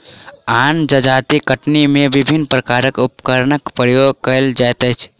आन जजातिक कटनी मे विभिन्न प्रकारक उपकरणक प्रयोग कएल जाइत अछि